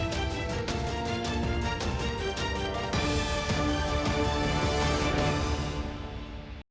Дякую.